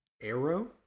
Arrow